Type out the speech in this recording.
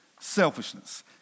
Selfishness